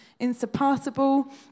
insurpassable